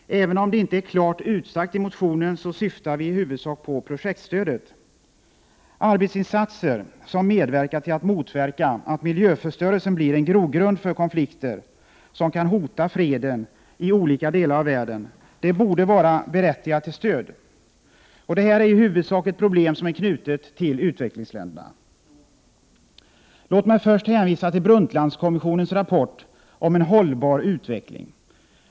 Även om det inte är klart utsagt i motionen, så syftar vi i huvudsak på projektstödet. Arbetsinsatser som medverkar till att motverka att miljöförstörelsen blir en grogrund för konflikter, som kan hota freden i olika delar av världen, borde vara berättigade till stöd. Det här är i huvudsak ett problem som är knutet till utvecklingsländerna. Låt mig först hänvisa till Brundtlandkommissionens rapport om en ”hållbar utveckling”.